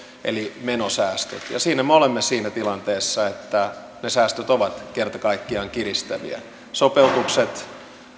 eli menosäästöt siinä me olemme siinä tilanteessa että ne säästöt ovat kerta kaikkiaan kiristäviä sopeutukset